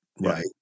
right